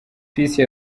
peace